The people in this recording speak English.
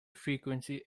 frequency